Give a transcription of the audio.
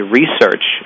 research